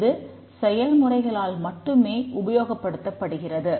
இது செயல் முறைகளால் மட்டுமே உபயோகப்படுத்தப்படுகிறது